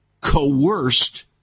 coerced